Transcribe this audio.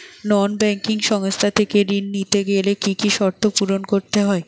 নন banking সংস্থা থেকে ঋণ নিতে গেলে কি কি শর্ত পূরণ করতে হয়?